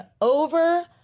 over